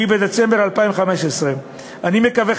7 בדצמבר 2015. אני מקווה,